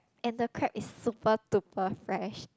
and the crab is super duper fresh